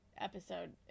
episode